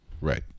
Right